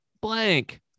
blank